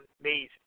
amazing